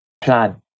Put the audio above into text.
plan